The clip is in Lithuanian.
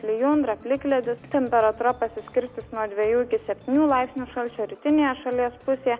lijundra plikledis temperatūra pasiskirstys nuo dviejų iki septynių laipsnių šalčio rytinėje šalies pusėje